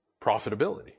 Profitability